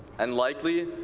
and likely,